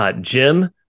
Jim